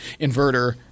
inverter